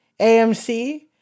AMC